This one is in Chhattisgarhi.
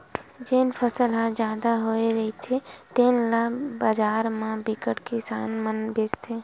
जेन फसल ह जादा होए रहिथे तेन ल बजार म बिकट किसान मन बेचथे